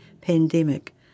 pandemic